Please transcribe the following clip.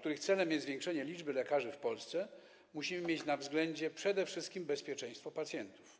których celem jest zwiększenie liczby lekarzy w Polsce, musimy mieć na względzie przede wszystkim bezpieczeństwo pacjentów.